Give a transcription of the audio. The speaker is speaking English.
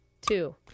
Two